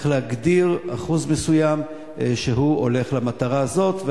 צריך להגדיר אחוז מסוים שהולך למטרה הזאת.